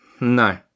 No